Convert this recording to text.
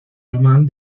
alemán